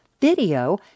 video